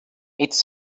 it’s